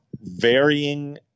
varying